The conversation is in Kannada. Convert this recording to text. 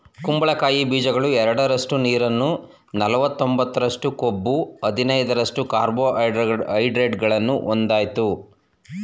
ಕುಂಬಳಕಾಯಿ ಬೀಜಗಳು ಎರಡರಷ್ಟು ನೀರು ನಲವತ್ತೊಂಬತ್ತರಷ್ಟು ಕೊಬ್ಬು ಹದಿನೈದರಷ್ಟು ಕಾರ್ಬೋಹೈಡ್ರೇಟ್ಗಳನ್ನು ಹೊಂದಯ್ತೆ